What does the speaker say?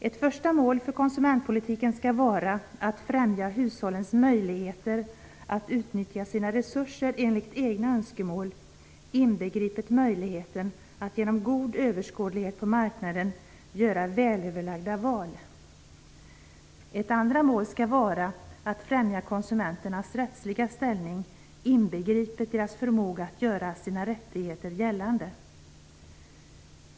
Ett första mål för konsumentpolitiken skall vara att främja hushållens möjligheter att utnyttja sina resurser enligt egna önskemål, inbegripet möjligheten att genom god överskådlighet på marknaden göra välöverlagda val. Ett andra mål skall vara att främja konsumenternas rättsliga ställning, inbegripet deras förmåga att göra sina rättigheter gällande.